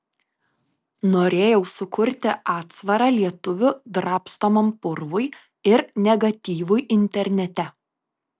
norėjau sukurti atsvarą lietuvių drabstomam purvui ir negatyvui internete